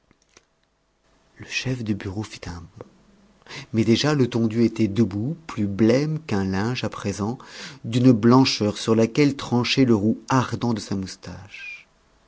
le chef de bureau fit un bond mais déjà letondu était debout plus blême qu'un linge à présent d'une blancheur sur laquelle tranchait le roux ardent de sa moustache